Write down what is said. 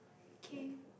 K